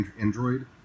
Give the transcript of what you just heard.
Android